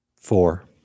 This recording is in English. Four